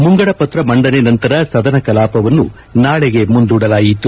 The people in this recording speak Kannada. ಮುಂಗಡಪತ್ರ ಮಂಡನೆ ನಂತರ ಸದನ ಕಲಾಪವನ್ನು ನಾಳೆಗೆ ಮುಂದೂಡಲಾಯಿತು